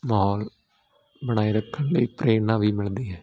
ਮਾਹੌਲ ਬਣਾਈ ਰੱਖਣ ਲਈ ਪ੍ਰੇਰਨਾ ਵੀ ਮਿਲਦੀ ਹੈ